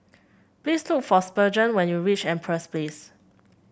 please look for Spurgeon when you reach Empress Place